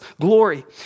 glory